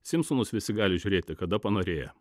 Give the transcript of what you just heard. simpsonus visi gali žiūrėti kada panorėję